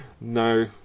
no